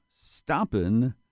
Stoppin